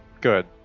good